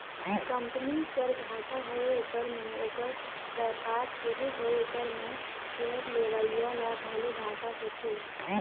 company कर घाटा होए उपर में ओकर बयपार थोरहें होए उपर में सेयर लेवईया ल घलो घाटा होथे